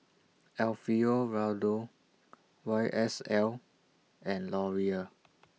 Alfio Raldo Y S L and Laurier